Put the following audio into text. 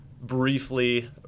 briefly